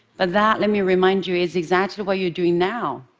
but that, let me remind you, is exactly what you're doing now,